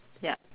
yup